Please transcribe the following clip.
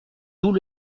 tout